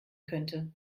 könnte